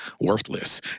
worthless